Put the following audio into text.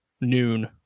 noon